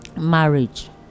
marriage